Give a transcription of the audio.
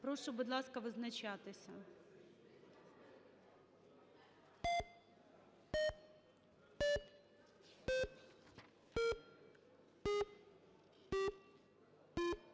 Прошу, будь ласка, визначатись.